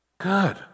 Good